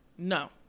No